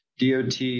DOT